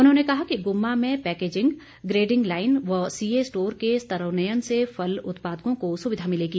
उन्होंने कहा कि गुम्मा में पैकेजिंग ग्रेडिंग लाइन व सीए स्टोर के स्तरोन्नयन से फल उत्पादकों को सुविधा मिलेगी